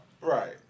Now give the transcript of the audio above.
right